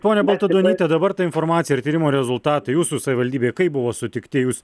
ponia baltaduonyte dabar ta informacija ir tyrimo rezultatai jūsų savivaldybėj kaip buvo sutikti jūs